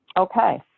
Okay